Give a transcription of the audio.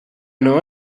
know